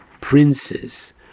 princes